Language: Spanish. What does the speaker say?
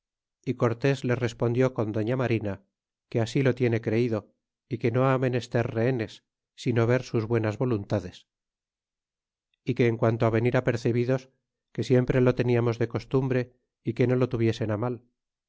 y cortés les respondió con dofía marina que así lo tiene creido é que no ha menester rehenes sino ver sus buenas voluntades y que en quanto venir apercebidos que siempre lo teniamos de costumbre y que no lo tuviesen mal